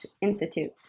Institute